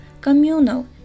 communal